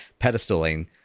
pedestaling